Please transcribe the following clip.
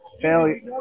Failure